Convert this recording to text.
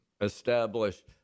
establish